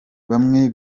bamwe